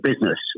business